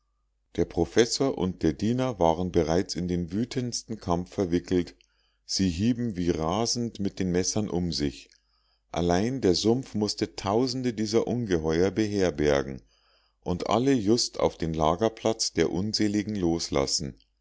der professor und der diener waren bereits in den wütendsten kampf verwickelt sie hieben wie rasend mit den messern um sich allein der sumpf mußte tausende dieser ungeheuer beherbergen und alle just auf den lagerplatz der unseligen loslassen